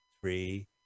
three